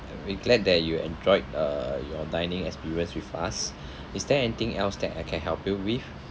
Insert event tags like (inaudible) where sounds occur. we're glad that you enjoyed uh your dining experience with us (breath) is there anything else that I can help you with